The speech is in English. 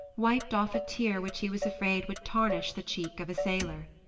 wiped off a tear which he was afraid would tarnish the cheek of a sailor.